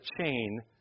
chain